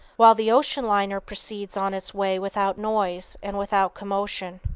while the ocean liner proceeds on its way without noise and without commotion.